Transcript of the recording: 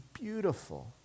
beautiful